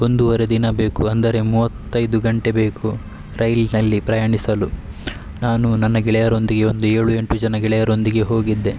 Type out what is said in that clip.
ಒಂದು ವರೆ ದಿನ ಬೇಕು ಅಂದರೆ ಮೂವತ್ತೈದು ಗಂಟೆ ಬೇಕು ರೈಲಿನಲ್ಲಿ ಪ್ರಯಾಣಿಸಲು ನಾನು ನನ್ನ ಗೆಳೆಯರೊಂದಿಗೆ ಒಂದು ಏಳು ಎಂಟು ಜನ ಗೆಳೆಯರೊಂದಿಗೆ ಹೋಗಿದ್ದೆ